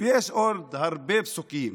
יש עוד הרבה פסוקים,